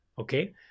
okay